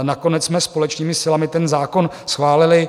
Nakonec jsme společnými silami ten zákon schválili.